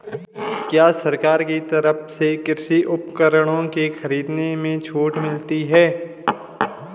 क्या सरकार की तरफ से कृषि उपकरणों के खरीदने में छूट मिलती है?